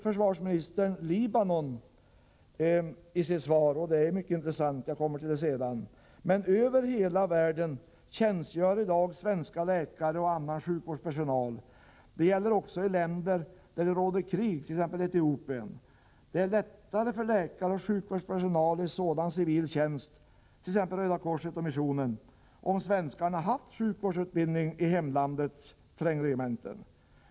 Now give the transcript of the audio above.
Försvarsministern nämner Libanon i sitt svar. Det är mycket intressant; jag kommer till det sedan. Men över hela världen tjänstgör i dag svenska läkare och annan sjukvårdspersonal. Det gäller också i länder där det råder krig, t.ex. Etiopien. Det hade varit lättare för läkare och sjukvårdspersonal i sådan civil tjänst, t.ex. hos Röda korset och missionen, om svenskarna hade fått sjukvårdsutbildning vid hemlandets trängregementen.